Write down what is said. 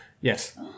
Yes